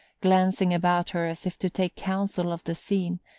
glancing about her as if to take counsel of the scene,